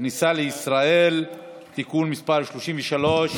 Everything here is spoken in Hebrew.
הכניסה לישראל (תיקון מס' 33),